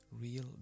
real